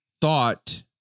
thought